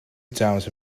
doubt